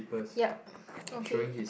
ya okay